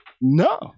No